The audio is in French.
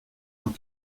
dans